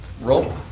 Roll